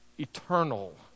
eternal